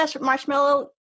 marshmallow